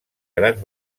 grans